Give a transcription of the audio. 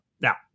Now